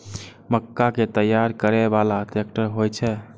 मक्का कै तैयार करै बाला ट्रेक्टर होय छै?